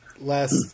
last